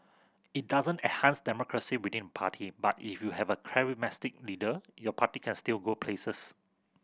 it doesn't enhance democracy within party but if you have a charismatic leader your party can still go places